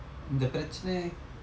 இந்த பிரச்சனை:intha piracchanai